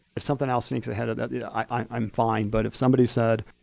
if something else sneaks ahead of that yeah i'm fine. but if somebody said,